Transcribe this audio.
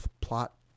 plot